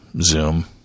Zoom